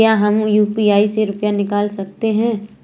क्या हम यू.पी.आई से रुपये निकाल सकते हैं?